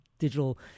digital